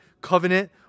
covenant